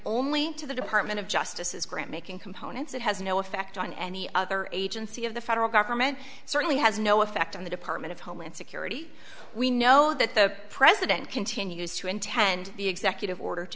only to the department of justice is grant making components that has no effect on any other agency of the federal government certainly has no effect on the department of homeland security we know that the president continues to intend the executive order to